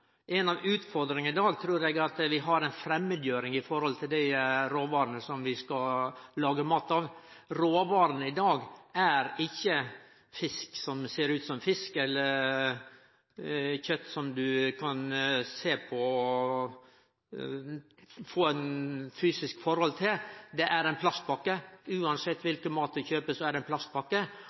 av utfordringane i dag, er at vi har ei framandgjering når det gjeld dei råvarene som vi skal lage mat av. Råvarene i dag er ikkje fisk som ser ut som fisk eller kjøt som ein kan sjå på og få eit fysisk forhold til, det er ei plastpakke. Uansett kva mat ein kjøper, er det ei plastpakke.